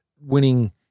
winning